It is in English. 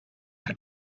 had